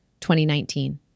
2019